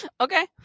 Okay